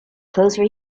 closer